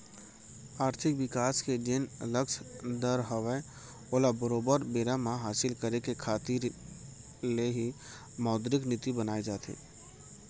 आरथिक बिकास के जेन लक्छ दर हवय ओला बरोबर बेरा म हासिल करे के खातिर ले ही मौद्रिक नीति बनाए जाथे